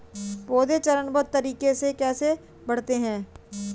पौधे चरणबद्ध तरीके से कैसे बढ़ते हैं?